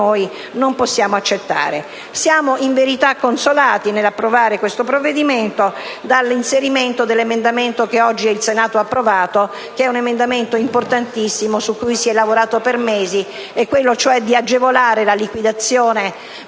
non possiamo accettare. Siamo in verità consolati, nell'approvare questo provvedimento, dall'inserimento dell'emendamento 11.35 (testo 3), che oggi il Senato ha approvato, un emendamento importantissimo, su cui si è lavorato per mesi, che va nel senso di agevolare la liquidazione dei